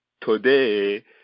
today